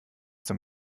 zum